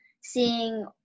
Seeing